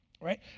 right